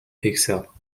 pixel